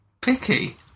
Picky